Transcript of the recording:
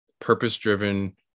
purpose-driven